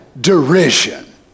derision